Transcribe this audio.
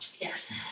Yes